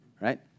right